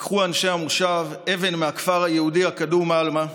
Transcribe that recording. לקחו אנשי המושב אבן מהכפר היהודי הקדום עלמא.